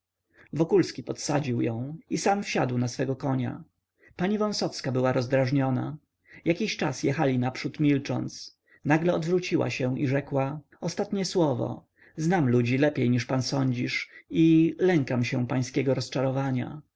wokulski podsadził ją i sam wsiadł na swego konia pani wąsowska była rozdrażniona jakiś czas jechała naprzód milcząc nagle odwróciła się i rzekła ostatnie słowo znam ludzi lepiej niż pan sądzisz i lękam się pańskiego rozczarowania